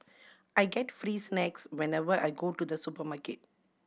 I get free snacks whenever I go to the supermarket